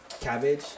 Cabbage